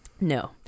no